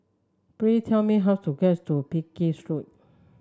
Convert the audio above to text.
please tell me how to get to Pekin Street